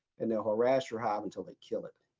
and they ll harass your hive until they kill it.